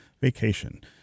Vacation